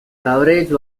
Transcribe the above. coverage